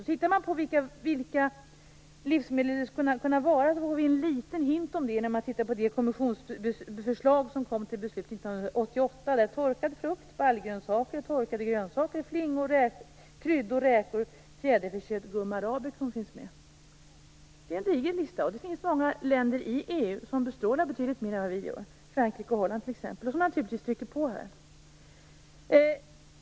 Om man undrar vilka livsmedel det kan röra sig om kan man få en liten vink om det om man tittar på det kommissionsförslag till beslut som kom 1988. Torkad frukt, baljgrönsaker, torkade grönsaker, flingor, kryddor, räkor, fjäderfä, kött och gummi arabicum finns med där. Det är en diger lista. Det finns många länder inom EU där man bestrålar betydligt mer än vad vi gör, t.ex. Frankrike och Holland. De trycker naturligtvis på i sammanhanget.